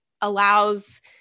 allows